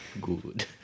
Good